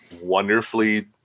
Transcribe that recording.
wonderfully